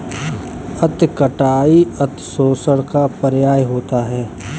अति कटाई अतिशोषण का पर्याय होता है